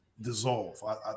dissolve